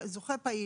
פעיל,